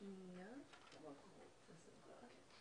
זאת ממש לא כוונת המשורר.